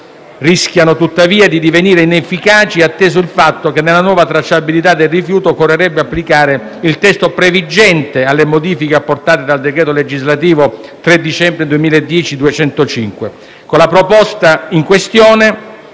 Rischiano tuttavia di divenire inefficaci, atteso il fatto che nella nuova tracciabilità del rifiuto occorrerebbe applicare il testo previgente alle modifiche apportate dal citato decreto legislativo n. 205 del 3 dicembre 2010. Con la proposta in questione